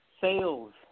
Sales